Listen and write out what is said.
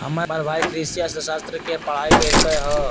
हमर भाई कृषि अर्थशास्त्र के पढ़ाई कल्कइ ह